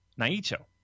Naito